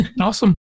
Awesome